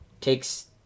takes